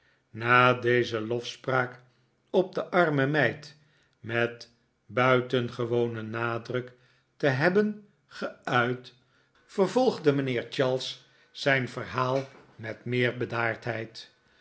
na deze lofspraak op de arme meid met buitengewonen nadruk te hebben geuit vervolgde mijnheer charles zijn verhaal met meer bedaardheid